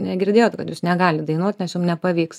negirdėjot kad jūs negalit dainuot nes jum nepavyks